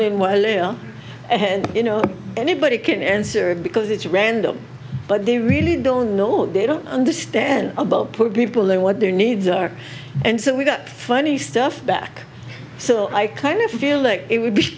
you know anybody can answer because it's random but they really don't know what they don't understand about poor people or what their needs are and so we got funny stuff back so i kind of feel like it would be